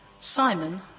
Simon